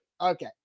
Okay